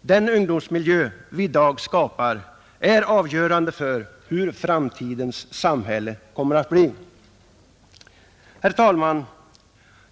Den ungdomsmiljö vi i dag skapar är avgörande för hur framtidens samhälle kommer att bli. Herr talman!